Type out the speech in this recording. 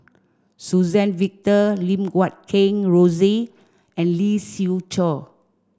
Suzann Victor Lim Guat Kheng Rosie and Lee Siew Choh